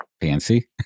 fancy